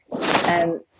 And